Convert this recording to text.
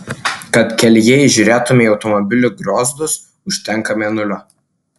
kad kelyje įžiūrėtumei automobilių griozdus užtenka mėnulio